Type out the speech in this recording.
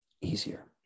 easier